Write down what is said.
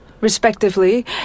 respectively